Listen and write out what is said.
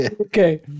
Okay